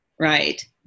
Right